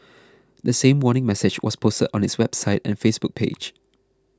the same warning message was posted on its website and Facebook page